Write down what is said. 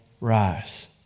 rise